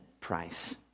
price